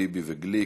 טיבי וגליק,